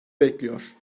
bekliyor